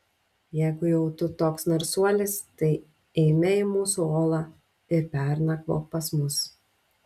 jeigu jau tu toks narsuolis tai eime į mūsų olą ir pernakvok pas mus